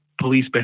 police